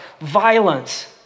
violence